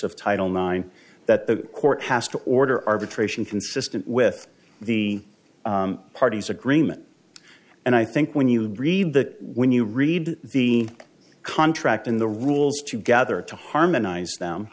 of title nine that the court has to order arbitration consistent with the parties agreement and i think when you read that when you read the contract in the rules to gather to harmonize them